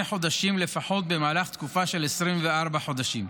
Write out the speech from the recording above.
חודשים לפחות במהלך תקופה של 24 חודשים,